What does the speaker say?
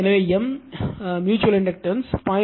எனவே M mutual inductance 0